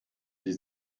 die